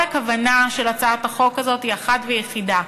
כל הכוונה של הצעת החוק הזאת היא אחת ויחידה: